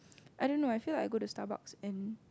I don't know I feel like go to Starbucks and